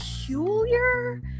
peculiar